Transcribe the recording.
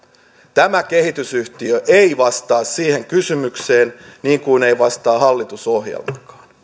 tämä kehitysyhtiö ei vastaa siihen kysymykseen niin kuin ei vastaa hallitusohjelmakaan